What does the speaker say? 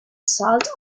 salt